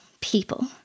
people